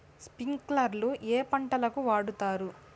స్ప్రింక్లర్లు ఏ పంటలకు వాడుతారు?